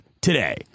today